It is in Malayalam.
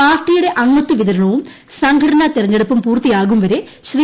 പാർട്ടിയുടെ അംഗത്വിതരണവും സംഘടനാ തെരഞ്ഞെടുപ്പും പൂർത്തിയാകുംവരെ ശ്രീ